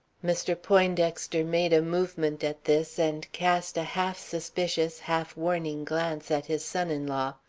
mr. poindexter made a movement at this, and cast a half-suspicious, half-warning glance at his son-in-law.